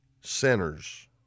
sinners